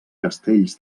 castells